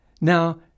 Now